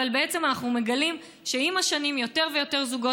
אבל בעצם אנחנו מגלים שעם השנים יותר ויותר זוגות